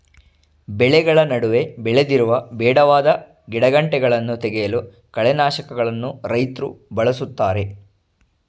ಬೆಳೆಗಳ ನಡುವೆ ಬೆಳೆದಿರುವ ಬೇಡವಾದ ಗಿಡಗಂಟೆಗಳನ್ನು ತೆಗೆಯಲು ಕಳೆನಾಶಕಗಳನ್ನು ರೈತ್ರು ಬಳ್ಸತ್ತರೆ